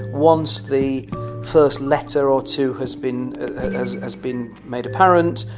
once the first letter or two has been has has been made apparent,